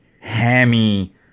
hammy